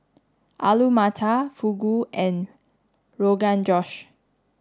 Alu Matar Fugu and Rogan Josh